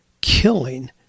killing